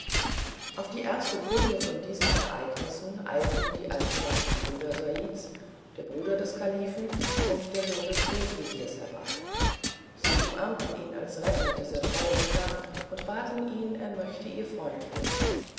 auf die erste kunde von diesem ereignis eilten die alten waffenbrüder saids der bruder des kalifen und der sohn des großwesirs herbei sie umarmten ihn als retter dieser teuren männer und baten ihn er möchte ihr freund werden